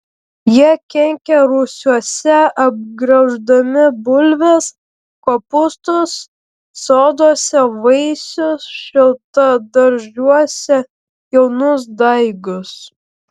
jie kenkia rūsiuose apgrauždami bulves kopūstus soduose vaisius šiltadaržiuose jaunus daigus